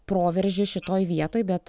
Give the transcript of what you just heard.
proveržį šitoj vietoj bet